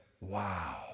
Wow